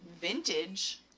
Vintage